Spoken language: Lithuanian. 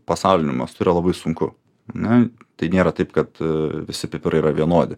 pasauliniu mastu yra labai sunku ar ne tai nėra taip kad visi pipirai yra vienodi